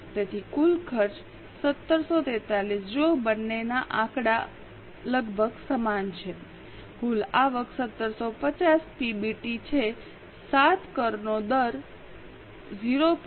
તેથી કુલ ખર્ચ 1743 જુઓ બંનેના આંકડા લગભગ સમાન છે કુલ આવક 1750 પીબીટી છે 7 કરનો દર 0